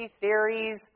theories